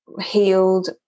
healed